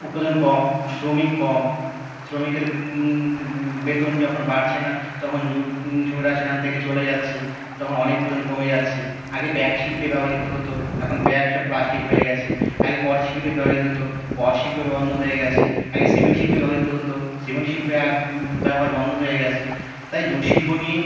উৎপাদন কম শ্রমিক কম শ্রমিকের বেতন যখন বাড়ছে না তখন জুট শ্রমিকরা সেখান থেকে চলে যাচ্ছে তখন অনেক উৎপাদন কমে যাচ্ছে আগে ব্যাগ শিল্পে ব্যবহৃত হতো এখন ব্যাগ সব প্লাস্টিক হয়ে গেছে আগে পট শিল্পে ব্যবহৃত হতো পট শিল্প বন্ধ হয়ে গেছে আগে সিমেন্ট শিল্পে ব্যবহৃত হতো সিমেন্ট শিল্পে আর ব্যবহার বন্ধ হয়ে গেছে তাই জুট শিল্প নিয়ে